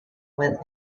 with